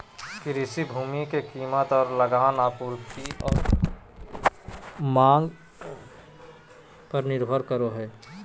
कृषि भूमि के कीमत और लगान आपूर्ति और मांग पर निर्भर करो हइ